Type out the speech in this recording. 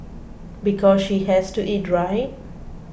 because she has to eat right